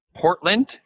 portland